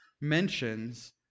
mentions